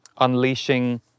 unleashing